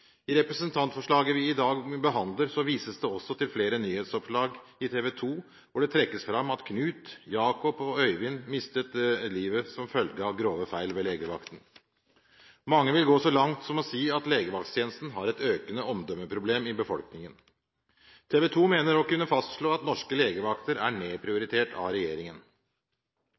I representantforslaget vi i dag behandler, vises det også til flere nyhetsoppslag i TV 2, hvor det trekkes fram at Knut, Jakob og Øyvind mistet livet som følge av grove feil ved legevakten. Mange vil gå så langt som å si at legevakttjenesten har et økende omdømmeproblem i befolkningen. TV 2 mener å kunne fastslå at norske legevakter er nedprioritert av regjeringen.